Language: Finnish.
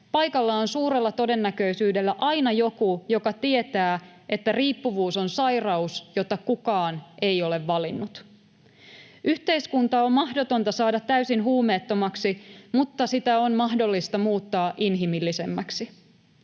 paikalla on suurella todennäköisyydellä aina joku, joka tietää, että riippuvuus on sairaus, jota kukaan ei ole valinnut. Yhteiskunta on mahdotonta saada täysin huumeettomaksi, mutta sitä on mahdollista muuttaa inhimillisemmäksi.